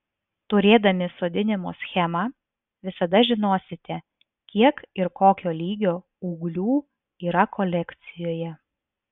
turėdami sodinimo schemą visada žinosite kiek ir kokio lygio ūglių yra kolekcijoje